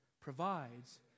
provides